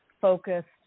focused